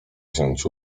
wziąć